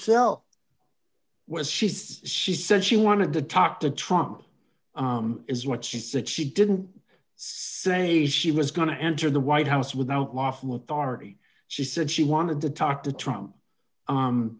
cell was she says she said she wanted to talk to trump is what she said she didn't say she was going to enter the white house without lawful authority she said she wanted to talk to